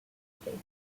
skating